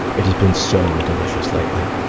it's been so delicious lately.